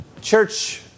church